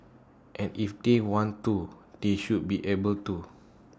and if they want to they should be able to